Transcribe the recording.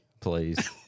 Please